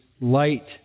light